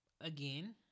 again